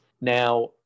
Now